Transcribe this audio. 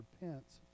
repents